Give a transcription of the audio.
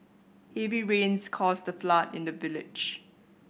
heavy rains caused the flood in the village